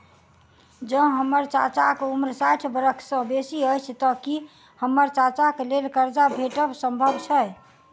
जँ हम्मर चाचाक उम्र साठि बरख सँ बेसी अछि तऽ की हम्मर चाचाक लेल करजा भेटब संभव छै?